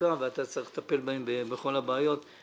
מצוקה ואתה צריך לטפל בכל הבעיות.